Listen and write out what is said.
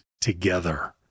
together